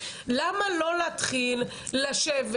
למה לא להתחיל לשבת?